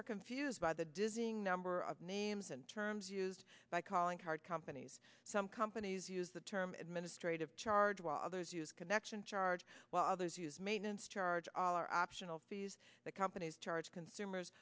are confused by the dizzying number of names and terms used by calling card companies some companies use the term administrative charge while others use connection charge while others use maintenance charge are optional fees that companies charge consumers